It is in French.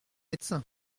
médecins